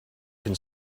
can